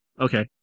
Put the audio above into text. Okay